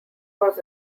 was